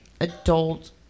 adult